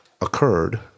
occurred